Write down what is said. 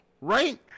right